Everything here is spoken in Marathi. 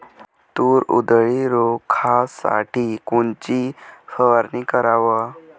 तूर उधळी रोखासाठी कोनची फवारनी कराव?